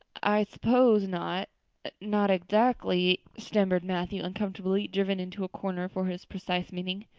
i suppose not not exactly, stammered matthew, uncomfortably driven into a corner for his precise meaning.